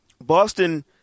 Boston